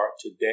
today